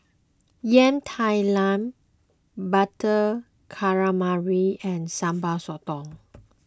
Yam Talam Butter Calamari and Sambal Sotong